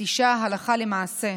נטישה הלכה למעשה.